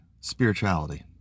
spirituality